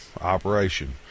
operation